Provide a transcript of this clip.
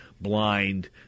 blind